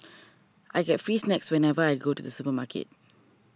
I get free snacks whenever I go to the supermarket